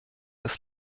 ist